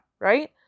Right